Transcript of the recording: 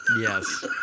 yes